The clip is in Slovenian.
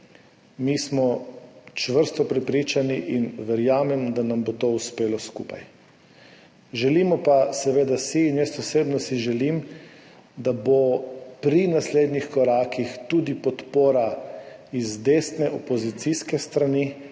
Mi smo čvrsto prepričani in verjamem, da nam bo to uspelo skupaj. Želimo pa si seveda, in jaz osebno si želim, da bo pri naslednjih korakih tudi podpora z desne, opozicijske strani.